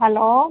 hello